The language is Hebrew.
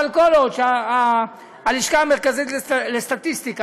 אבל כל עוד הלשכה המרכזית לסטטיסטיקה